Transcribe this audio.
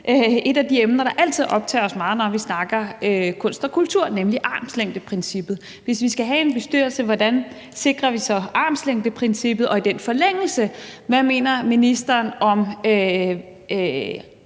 et af de emner, der altid optager os meget, når vi snakker kunst og kultur, nemlig armslængdeprincippet. Hvis vi skal have en bestyrelse, hvordan sikrer vi så armslængdeprincippet, og i forlængelse af det, hvad mener ministeren om,